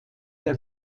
der